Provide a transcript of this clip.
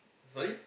sorry